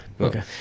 Okay